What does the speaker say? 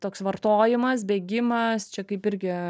toks vartojimas bėgimas čia kaip irgi